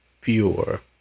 fewer